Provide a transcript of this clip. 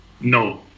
No